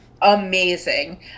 Amazing